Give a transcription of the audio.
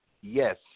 yes